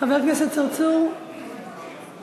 עם כל